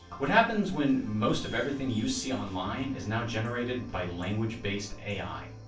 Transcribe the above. what happens when most of everything you see online is now generated by language-based ai?